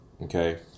Okay